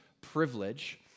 privilege